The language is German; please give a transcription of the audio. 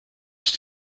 ich